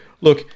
look